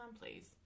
please